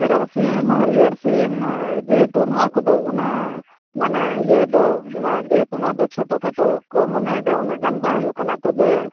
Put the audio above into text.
ᱮᱨᱚᱜ ᱥᱤᱢ ᱦᱟᱹᱨᱭᱟᱹᱲ ᱥᱤᱢ ᱡᱮᱦᱮᱛᱩ ᱱᱚᱣᱟ ᱠᱚᱫᱚ ᱩᱱᱟᱹᱜ ᱢᱟᱱᱮ ᱤᱭᱟᱹ ᱫᱚ ᱡᱮᱦᱮᱛᱩ ᱱᱚᱣᱟ ᱫᱚ ᱪᱷᱚᱴᱳᱼᱠᱷᱳᱴᱚ ᱠᱚ ᱢᱚᱱᱮᱭᱮᱫᱟ ᱩᱱᱟᱹᱜ ᱜᱟᱱ ᱵᱟᱝ ᱦᱩᱭᱩᱜ ᱠᱟᱱᱟ ᱛᱚᱵᱮ